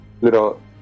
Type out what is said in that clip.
little